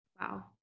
Wow